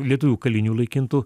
lietuvių kalinių laikintų